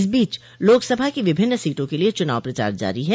इस बीच लोकसभा की विभिन्न सीटों के लिए चुनाव प्रचार जारी है